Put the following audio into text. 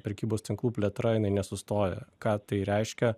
prekybos tinklų plėtra jinai nesustoja ką tai reiškia